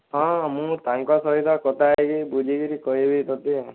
ହଁ ମୁଁ ତାଙ୍କ ସହିତ କଥା ହୋଇକି ବୁଝିକିରି କହିବି ତତେ ଆଉ